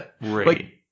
Right